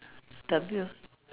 W